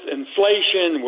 inflation